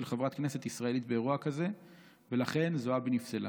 חברת כנסת ישראלית באירוע כזה ולכן זועבי נפסלה.